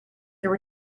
there